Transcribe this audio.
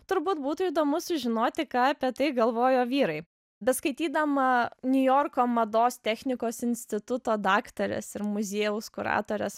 turbūt būtų įdomu sužinoti ką apie tai galvojo vyrai beskaitydama niujorko mados technikos instituto daktarės ir muziejaus kuratorės